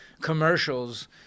commercials